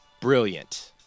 brilliant